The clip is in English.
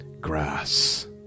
grass